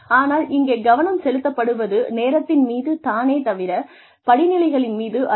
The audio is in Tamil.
ஆனால் இங்கே கவனம் செலுத்தப்படுவது நேரத்தின் மீது தானே தவிர படிநிலைகளின் மீது அல்ல